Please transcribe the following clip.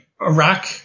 Iraq